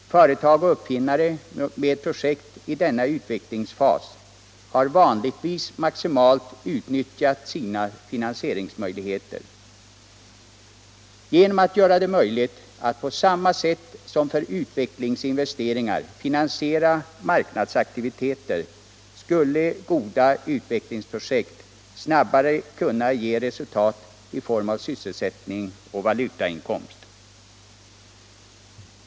Företag och uppfinnare med projekt i denna utvecklingsfas har vanligtvis maximalt utnyttjat sina finansieringsmöjligheter. Genom att göra det möjligt att på samma sätt som för utvecklingsinvesteringar finansiera marknadsaktiviteter skulle goda utvecklingsprojekt snabbare kunna ge resultat i form av sysselsättning och valutainkomst.